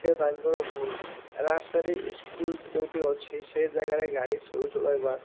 ସେଟା ତାଙ୍କର ଭୁଲ ରାସ୍ତାରେ ଇକୁଲ ଯେଉଁଠି ଅଛି ସେ ଜାଗାରେ ଗାଡ଼ି ସ୍ଲୋ ଚଲାଇବା